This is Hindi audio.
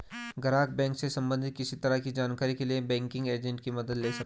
ग्राहक बैंक से सबंधित किसी तरह की जानकारी के लिए बैंकिंग एजेंट की मदद ले सकता है